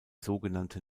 sogenannte